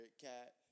cat